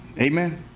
Amen